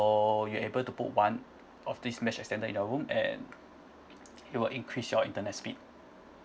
you able to put one of this mesh extender in your room and it will increase your internet speed